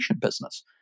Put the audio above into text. business